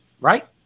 Right